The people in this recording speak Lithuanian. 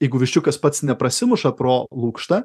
jeigu viščiukas pats neprasimuša pro lukštą